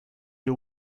you